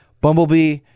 Bumblebee